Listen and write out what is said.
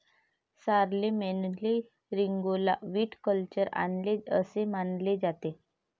शारलेमेनने रिंगौला व्हिटिकल्चर आणले असे मानले जाते